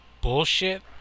bullshit